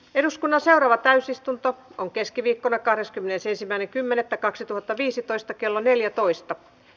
eduskunnan seuraava täysistunto on keskiviikkona kahdeskymmenesensimmäinen kymmenettä kaksituhattaviisitoista kello päättyi